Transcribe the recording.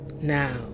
Now